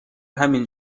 همین